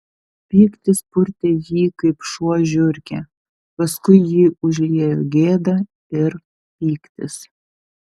pyktis purtė jį kaip šuo žiurkę paskui jį užliejo gėda ir pyktis